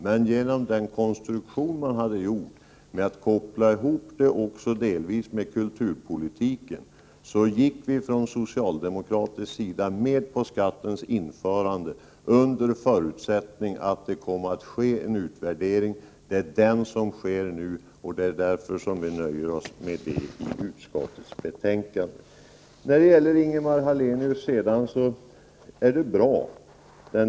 Men genom den konstruktion man hade gett den, då man delvis kopplade ihop den med kulturpolitiken, gick vi från socialdemokratisk sida med på skattens införande under förutsättning att det kom att ske en utvärdering. Det är den som görs nu, och det är därför som vi nöjer oss med detta i utskottets betänkande. Den deklaration som Ingemar Hallenius nu hävdar är bra.